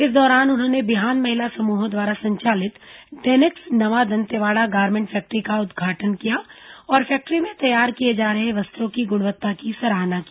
इस दौरान उन्होंने बिहान महिला समूहों द्वारा संचालित डेनेक्स नवा दंतेवाड़ा गारमेंट फैक्टरी का उद्घाटन किया और फैक्ट्री में तैयार किए जा रहे वस्त्रों की गुणवत्ता की सराहना की